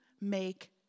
make